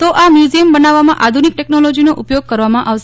તો આ મ્યુઝિયમ બનાવવામાં આધુનિક ટેકનોલોજીનો ઉપયોગ કરવામાં આવશે